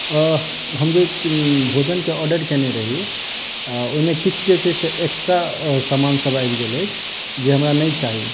हम जे भोजनकेँ आर्डर केने रही ओहिमे किछु जे छै से एक्स्ट्रा समान सब आबि गेल अछि जे हमरा नहि चाही